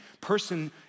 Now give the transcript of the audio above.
person